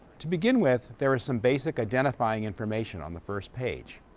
to begin with, there is some basic identifying information on the first page.